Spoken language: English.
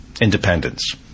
independence